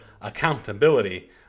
accountability